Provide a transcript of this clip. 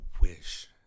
wish